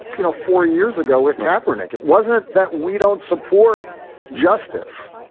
you know, four years ago with tappahannock, it wasn't that we don't support justice.